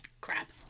Crap